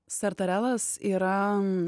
sartarelas yra